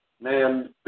man